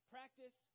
Practice